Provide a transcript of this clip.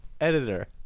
editor